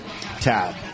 tab